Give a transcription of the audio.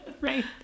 Right